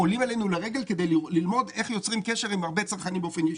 עולים אלינו לרגל כדי ללמוד איך יוצרים קשר עם הרבה צרכנים באופן ישיר.